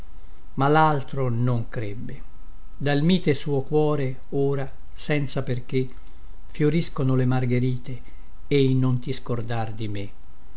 ma laltro non crebbe dal mite suo cuore ora senza perché fioriscono le margherite e i non ti scordare di me